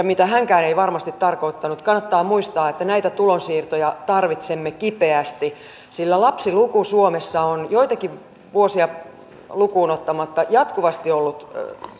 mitä hänkään ei varmasti tarkoittanut kannattaa muistaa että näitä tulonsiirtoja tarvitsemme kipeästi sillä lapsiluku suomessa on joitakin vuosia lukuun ottamatta jatkuvasti ollut